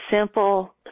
simple